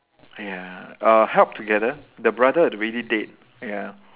ya uh help together the brother already dead ya